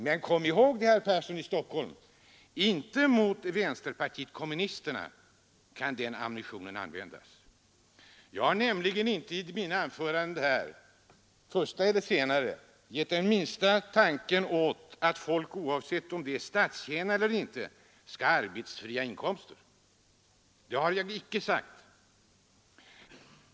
Men, kom ihåg herr Persson i Stockholm, den ammunitionen kan inte användas mot vänsterpartiet kommunisterna. Jag har nämligen inte i mina anföranden här, varken det första eller det senare, gett minsta luft åt tanken att folk — oavsett om de är statstjänare eller inte — skall ha arbetsfria inkomster. Det har jag inte sagt.